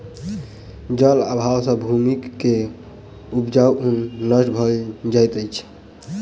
जल अभाव सॅ भूमि के उपजाऊपन नष्ट भ जाइत अछि